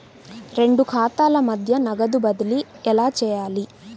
రెండు ఖాతాల మధ్య నగదు బదిలీ ఎలా చేయాలి?